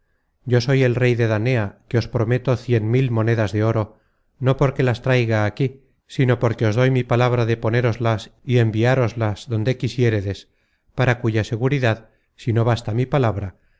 yo soy el rey de danea que os prometo cien mil monedas de oro no porque las traiga aquí sino porque os doy mi palabra de ponéroslas y enviároslas donde quisiéredes para cuya seguridad si no basta mi palabra